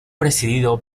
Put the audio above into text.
presidido